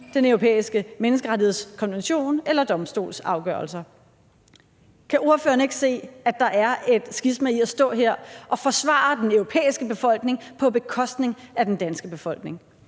Den Europæiske Menneskerettighedskonvention eller domstolens afgørelser. Kan ordføreren ikke se, at der er et skisma i at stå her og forsvare den europæiske befolkning på bekostning af den danske befolkning?